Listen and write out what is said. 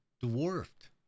dwarfed